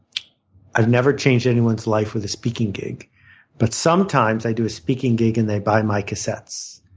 i've never changed anyone's life with a speaking gig but sometimes i do a speaking gig and they buy my cassettes.